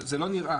זה לא נראה,